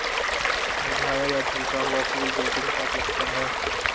मुरझाया या झुलसा हुआ फूल विल्टिंग का लक्षण है